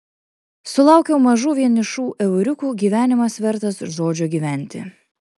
sulaukiau mažų vienišų euriukų gyvenimas vertas žodžio gyventi